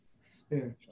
spiritual